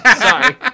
sorry